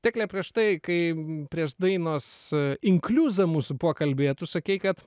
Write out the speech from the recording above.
tekle prieš tai kai prieš dainos inkliuzą mūsų pokalbyje tu sakei kad